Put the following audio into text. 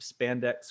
spandex